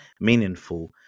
meaningful